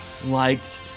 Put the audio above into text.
liked